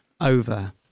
Over